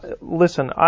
Listen